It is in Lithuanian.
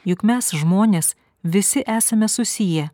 juk mes žmonės visi esame susiję